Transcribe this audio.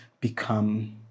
become